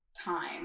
time